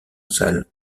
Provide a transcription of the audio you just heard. salle